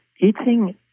eating